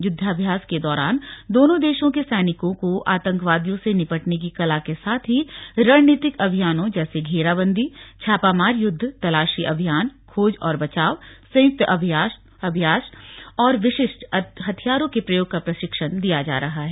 युद्धाभ्यास के दौरान दोनों देशों के सैनिकों को आतंवादियों से निपटने की कला के साथ ही रणनीतिक अभियानों जैसे घेराबंदी छापामार युद्ध तलाशी अभियान खोज और बचाव संयुक्त अभ्यास और विशिष्ट हथियारों के प्रयोग का प्रशिक्षण दिया जा रहा है